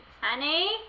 Honey